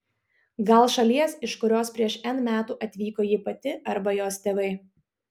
gal šalies iš kurios prieš n metų atvyko ji pati arba jos tėvai